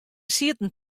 sieten